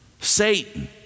Satan